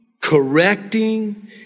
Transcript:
correcting